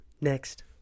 next